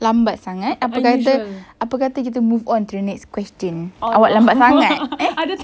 lambat sangat apa kata apa kata kita move on to the next question awak lambat sangat eh